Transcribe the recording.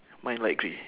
mine light grey